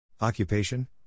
Occupation